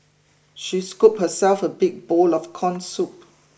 she scooped herself a big bowl of corn soup